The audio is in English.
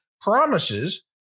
promises